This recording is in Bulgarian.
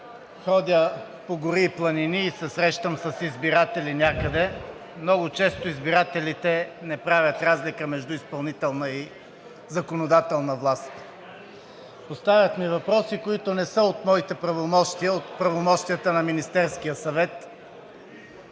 ходя по гори и планини и се срещам с избиратели някъде, много често избирателите не правят разлика между изпълнителна и законодателна власт. Поставят ми въпроси, които не са от моите правомощия, а от правомощията на Министерския съвет.